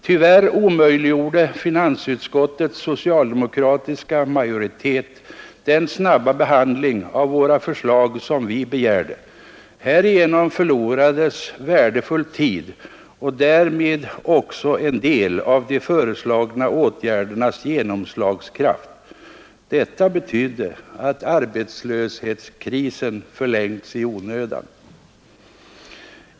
Tyvärr omöjliggjorde finansutskottets socialdemokratiska majoritet den snabba behandling av våra förslag som vi begärde. Härigenom förlorades värdefull tid och därmed också en del av de föreslagna åtgärdernas genomslagskraft. Detta betydde att arbetslöshetskrisen förlängts i onödan.